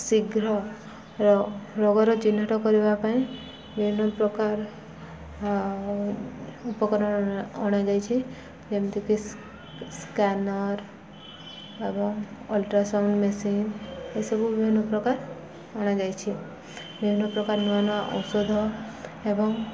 ଶୀଘ୍ରର ରୋଗର ଚିହ୍ନଟ କରିବା ପାଇଁ ବିଭିନ୍ନ ପ୍ରକାର ଉପକରଣ ଅଣାଯାଇଛି ଯେମିତିକି ସ୍କାନର୍ ଏବଂ ଅଲଟ୍ରା ସାଉଣ୍ଡ ମେସିନ୍ ଏସବୁ ବିଭିନ୍ନ ପ୍ରକାର ଅଣାଯାଇଛି ବିଭିନ୍ନ ପ୍ରକାର ନୂଆ ନୂଆ ଔଷଧ ଏବଂ